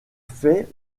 fait